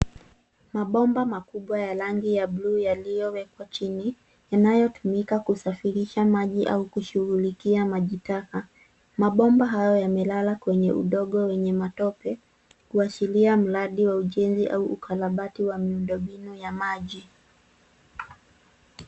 Mabomba makubwa ya rangi ya bluu yaliyo wekwa chini, yanayo tumika kusafirisha maji au kushughulikia maji taka. Mabomba hayo yamelala kwenye udongo wenye matope kuashiria mradi wa ujenzi au ukarabati wa miundo mbinu ya maji.